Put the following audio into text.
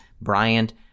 Bryant